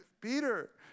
Peter